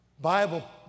Bible